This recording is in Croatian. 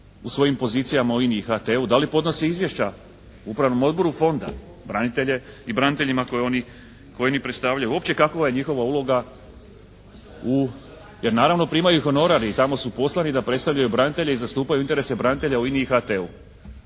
u svojim pozicijama u Ini i HT-u, da li podnose izvješća Upravnom odboru Fonda branitelja i braniteljima koje oni predstavljaju, uopće kakova je njihova uloga u, jer naravno primaju honorar i tamo su poslani da predstavljaju branitelje i zastupaju interese branitelja u Ini i HT-u.